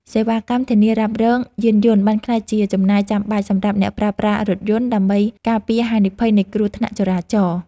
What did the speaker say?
សេវាកម្មធានារ៉ាប់រងយានយន្តបានក្លាយជាចំណាយចាំបាច់សម្រាប់អ្នកប្រើប្រាស់រថយន្ត ដើម្បីការពារហានិភ័យនៃគ្រោះថ្នាក់ចរាចរណ៍។